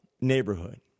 neighborhood